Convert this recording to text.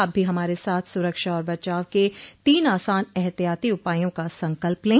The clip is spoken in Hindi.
आप भी हमारे साथ सुरक्षा और बचाव के तीन आसान एहतियाती उपायों का संकल्प लें